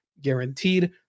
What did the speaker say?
guaranteed